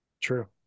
True